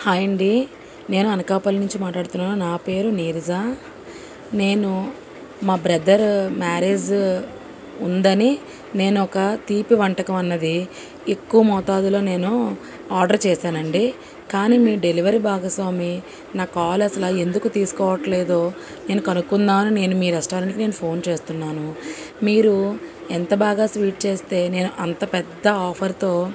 hi అండి నేను అనకాపల్లి నుంచి మాట్లాడుతున్నాను నా పేరు నీరజ నేను మా బ్రదర్ మ్యారేజ్ ఉందని నేను ఒక తీపి వంటకం అన్నది ఎక్కువ మోతాజులో నేను ఆర్డర్ చేశాను అండి కానీ మీ డెలివరీ భాగస్వామి నా కాల్ అసలు ఎందుకు తీసుకోవడం లేదో నేను కనుకుందామని నేను మీ రెస్టారెంట్కి నేను ఫోన్ చేస్తున్నాను మీరు ఎంత బాగా స్వీట్ చేస్తే నేను అంత పెద్ద ఆఫర్తో